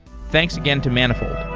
thanks again to manifold.